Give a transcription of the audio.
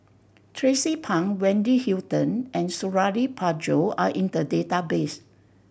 Tracie Pang Wendy Hutton and Suradi Parjo are in the database